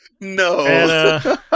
No